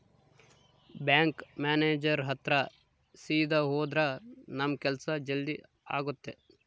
bank manager ಹತ್ರ ಸೀದಾ ಹೋದ್ರ ನಮ್ ಕೆಲ್ಸ ಜಲ್ದಿ ಆಗುತ್ತೆ